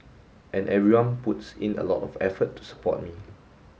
and everyone puts in a lot of effort to support me